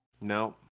No